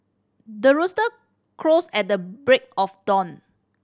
the rooster crows at the break of dawn